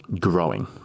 growing